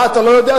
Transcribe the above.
אה, אתה לא יודע?